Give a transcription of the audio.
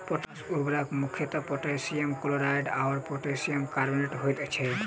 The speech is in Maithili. पोटास उर्वरक मुख्यतः पोटासियम क्लोराइड आ पोटासियम कार्बोनेट होइत छै